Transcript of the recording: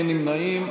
אין נמנעים.